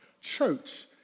church